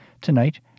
Tonight